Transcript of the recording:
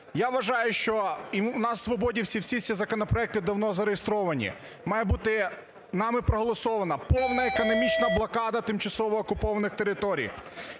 Я вважаю, що – і в нас, свободівців, всі ці законопроекти давно зареєстровані – має бути нами проголосована повна економічна блокада тимчасово окупованих територій,